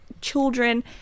children